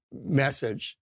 message